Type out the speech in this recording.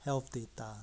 health data